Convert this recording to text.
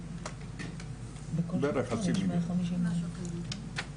בערך חצי מיליון?